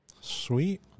Sweet